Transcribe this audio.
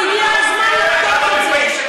הגיע הזמן לחתוך את זה.